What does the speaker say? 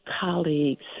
colleagues